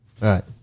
Right